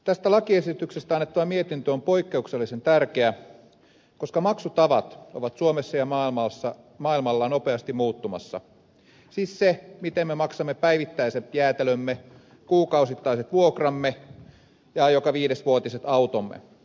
tästä lakiesityksestä annettava mietintö on poikkeuksellisen tärkeä koska maksutavat ovat suomessa ja maailmalla nopeasti muuttumassa siis se miten me maksamme päivittäiset jäätelömme kuukausittaiset vuokramme ja joka viidesvuotiset automme